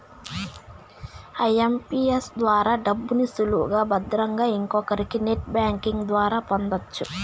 IMPS ద్వారా డబ్బుని సులువుగా భద్రంగా ఇంకొకరికి నెట్ బ్యాంకింగ్ ద్వారా పొందొచ్చు